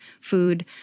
food